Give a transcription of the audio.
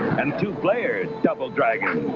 and two player double dragon.